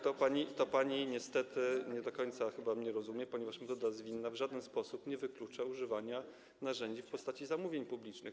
To pani niestety nie do końca chyba mnie rozumie, ponieważ metoda zwinna w żaden sposób nie wyklucza używania narzędzi w postaci zamówień publicznych.